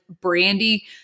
brandy